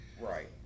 Right